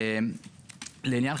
היכולת שלנו מוגבלת.